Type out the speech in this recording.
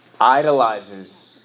idolizes